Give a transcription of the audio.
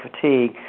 fatigue